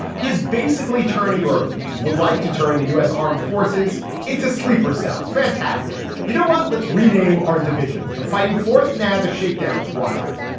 he's basically turning or would like to turn the u s. armed forces into sleeper cells. fantastic. you know what? let's rename our divisions the fighting fourth now, the shakedown squadron,